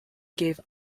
gave